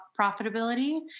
profitability